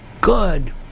good